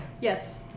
Yes